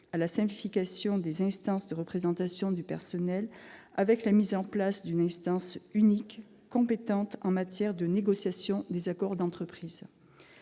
à la simplification des instances de représentation du personnel, avec la mise en place d'une instance unique, compétente en matière de négociation des accords d'entreprise.